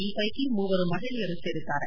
ಈ ಪ್ಲೆಕಿ ಮೂವರು ಮಹಿಳೆಯರು ಸೇರಿದ್ದಾರೆ